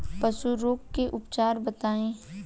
पशु रोग के उपचार बताई?